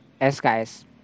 SKS